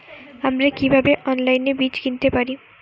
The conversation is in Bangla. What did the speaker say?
আমরা কীভাবে অনলাইনে বীজ কিনতে পারি?